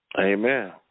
amen